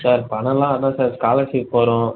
sir பணம்லாம் அதுதான் sir scholarship வரும்